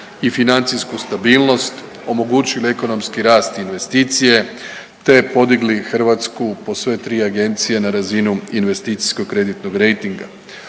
i financijsku stabilnost, omogućili ekonomski rast investicije, te podigli Hrvatsku po sve tri agencije na razinu investicijsko-kreditnog rejtinga.